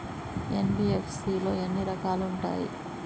NBFC లో ఎన్ని రకాలు ఉంటాయి?